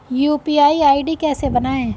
UPI ID कैसे बनाएं?